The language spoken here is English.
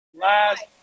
last